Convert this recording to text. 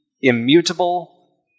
Immutable